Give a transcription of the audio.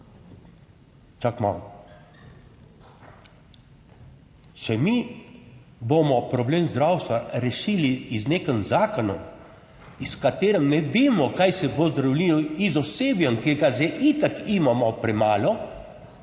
čakaj malo, če mi bomo problem zdravstva rešili z nekim zakonom, s katerim ne vemo, kaj se bo z zdravniki, z osebjem, ki ga zdaj itak imamo premalo,